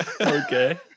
Okay